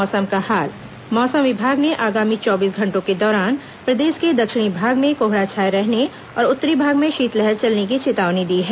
मौसम मौसम विभाग ने आगामी चौबीस घंटों के दौरान प्रदेश के दक्षिणी भाग में कोहरा छाए रहने और उत्तरी भाग में शीतलहर चलने की चेतावनी दी है